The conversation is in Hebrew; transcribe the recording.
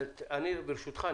ברשותך,